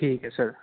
ਠੀਕ ਹੈ ਸਰ